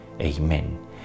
Amen